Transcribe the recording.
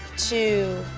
two,